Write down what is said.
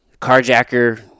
Carjacker